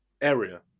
area